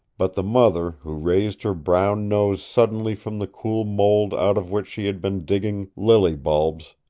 but the mother, who raised her brown nose suddenly from the cool mold out of which she had been digging lily-bulbs,